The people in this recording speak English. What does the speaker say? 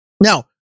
Now